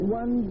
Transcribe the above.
one